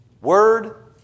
Word